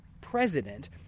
president